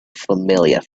familiar